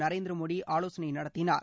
நரேந்திர மோடி ஆலோசனை நடத்தினார்